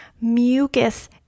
Mucus